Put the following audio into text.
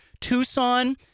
Tucson